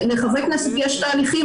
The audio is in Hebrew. לחברי כנסת יש תהליכים,